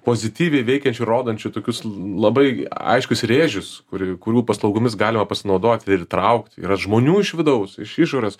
pozityviai veikiančių rodančių tokius labai aiškius rėžius kur kurių paslaugomis galima pasinaudoti ir įtraukt yra žmonių iš vidaus iš išorės